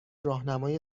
راهنمای